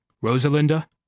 Rosalinda